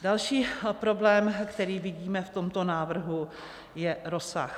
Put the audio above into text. Další problém, který vidíme v tomto návrhu, je rozsah.